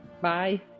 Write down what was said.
Bye